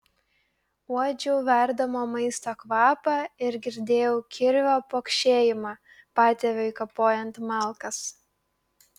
uodžiau verdamo maisto kvapą ir girdėjau kirvio pokšėjimą patėviui kapojant malkas